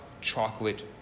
chocolate